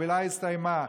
החבילה הסתיימה,